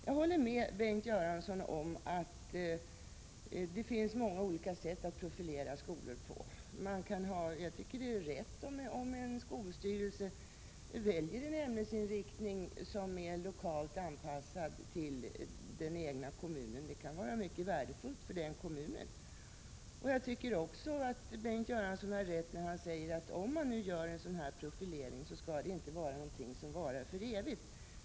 Jag håller med Bengt Göransson om att det finns många olika sätt att profilera skolor på. Jag tycker att det är riktigt om en skolstyrelse väljer en ämnesinriktning som är lokalt anpassad till den egna kommunen. Det kan vara mycket värdefullt för den kommunen. Bengt Göransson har rätt när han säger att om man genomför en sådan profilering, skall det inte vara någonting som varar för evigt.